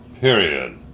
Period